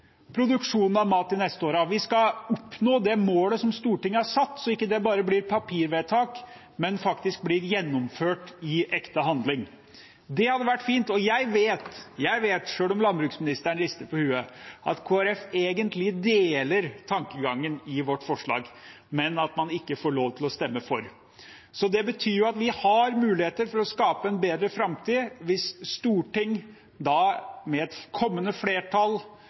produksjonen av mat de neste årene, vi skal oppnå det målet som Stortinget har satt, så det ikke bare blir et papirvedtak, men faktisk gjennomført i ekte handling. Det hadde vært fint. Jeg vet – selv om landbruksministeren rister på hodet – at Kristelig Folkeparti egentlig deler tankegangen i vårt forslag, men at man ikke får lov til å stemme for. Det betyr at vi har muligheter for å skape en bedre framtid hvis Stortinget, med et kommende flertall,